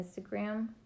Instagram